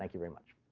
like you very much.